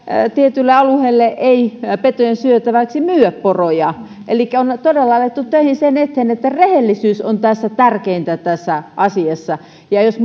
tietylle alueelle ei petojen syötäväksi myydä poroja elikkä on todella alettu töihin sen eteen että rehellisyys on tärkeintä tässä asiassa ja jos